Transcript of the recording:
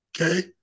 okay